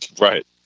right